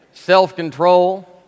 self-control